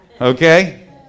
Okay